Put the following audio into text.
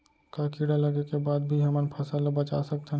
का कीड़ा लगे के बाद भी हमन फसल ल बचा सकथन?